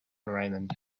raymond